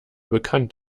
bekannt